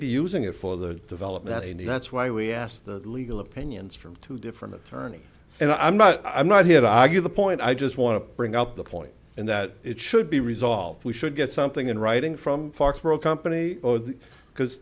be using it for the development and that's why we asked the legal opinions from two different tourney and i'm not i'm not here to argue the point i just want to bring up the point and that it should be resolved we should get something in writing from foxborough company because